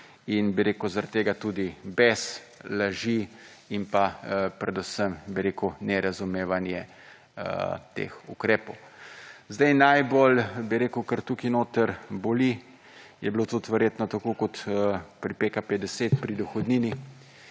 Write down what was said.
In, bi rekel, zaradi tega tudi bes, laži in pa predvsem, bi rekel, nerazumevanje teh ukrepov. Zdaj najbolj, bi rekel, kar tukaj noter boli, je bilo tudi verjetno tako kot pri PKP 10, pri dohodnini,